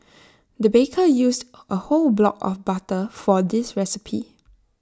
the baker used A whole block of butter for this recipe